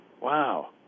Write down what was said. wow